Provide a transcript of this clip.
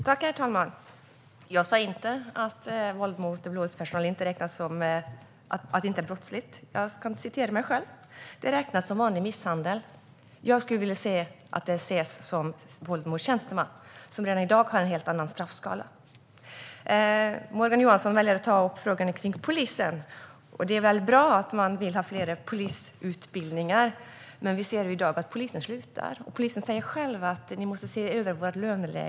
Herr talman! Jag sa inte att våld mot blåljuspersonal inte är brottsligt. Jag sa att det räknas som vanlig misshandel. Men jag skulle vilja att detta ses som våld mot tjänsteman, där det redan i dag är en helt annan straffskala. Morgan Johansson väljer att ta upp frågan om polisen. Det är bra att man vill ha fler polisutbildningar. Men vi ser i dag att många poliser slutar. Poliserna säger själva att deras löneläge måste ses över.